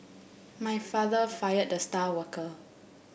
my father fired the star worker